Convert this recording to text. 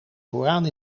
vooraan